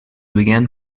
began